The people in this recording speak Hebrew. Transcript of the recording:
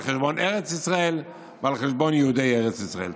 חשבון ארץ ישראל ועל חשבון יהודי ארץ ישראל.